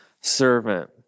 servant